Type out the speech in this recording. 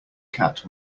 cat